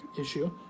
issue